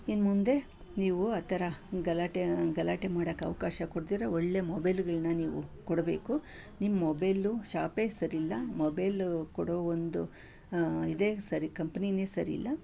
ಇನ್ಮುಂದೆ ನೀವು ಆ ಥರ ಗಲಾಟೆ ಗಲಾಟೆ ಮಾಡೋಕೆ ಅವಕಾಶ ಕೊಡ್ದಿರ ಒಳ್ಳೆ ಮೊಬೈಲುಗಳನ್ನು ನೀವು ಕೊಡಬೇಕು ನಿಮ್ಮ ಮೊಬೈಲು ಶಾಪೇ ಸರಿ ಇಲ್ಲ ಮೊಬೈಲು ಕೊಡೋ ಒಂದು ಇದೇ ಸರಿ ಕಂಪನಿನೇ ಸರಿ ಇಲ್ಲ